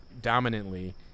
dominantly